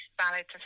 valid